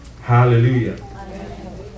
Hallelujah